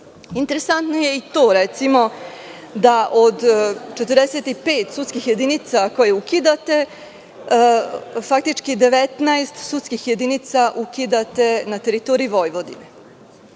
kolizije. Interesantno je i to recimo, da od 45 sudskih jedinica koje ukidate, faktički 19 sudskih jedinica ukidate na teritoriji Vojvodine.